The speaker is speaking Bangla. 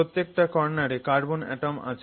প্রত্যেকটা কর্নারে কার্বন অ্যাটম আছে